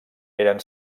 eren